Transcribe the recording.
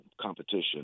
competition